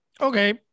Okay